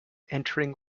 entering